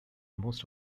most